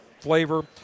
flavor